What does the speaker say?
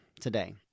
today